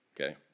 Okay